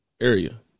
area